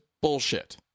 bullshit